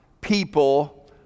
people